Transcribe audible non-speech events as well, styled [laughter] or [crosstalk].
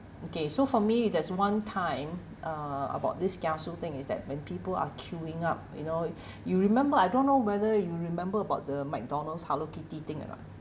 okay so for me there's one time uh about this kiasu thing is that when people are queuing up you know [breath] you remember I don't know whether you remember about the mcdonald's hello kitty thing ah